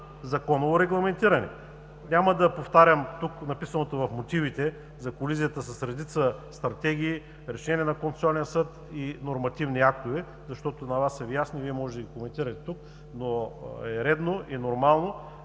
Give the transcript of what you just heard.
законово регламентирани. Няма да повтарям тук написаното в мотивите за колизията с редица стратегии, решения на Конституционния съд и нормативни актове, защото на Вас са Ви ясни. Вие може да ги коментирате тук, но е редно и нормално